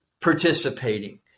participating